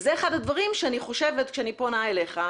וזה אחד הדברים שאני פונה אליך,